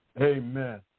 Amen